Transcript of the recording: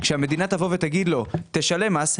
כשהמדינה תבוא ותגיד לו: תשלם מס,